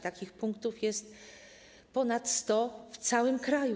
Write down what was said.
Takich punktów jest ponad 100 w całym kraju.